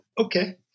Okay